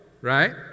right